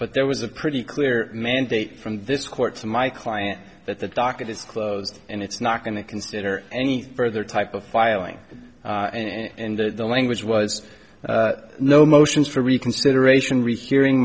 but there was a pretty clear mandate from this court to my client that the docket is closed and it's not going to consider any further type of filing and the language was no motions for reconsideration rehearing